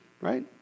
right